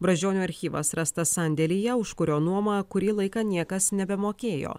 brazdžionio archyvas rastas sandėlyje už kurio nuomą kurį laiką niekas nebemokėjo